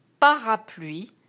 parapluie